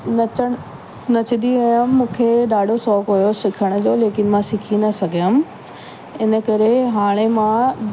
नचण नचंदी हुअमि मूंखे ॾाढो शौक़ु हुओ सिखण जो लेकिनि मां सिखी न सघियमि इनकरे हाणे मां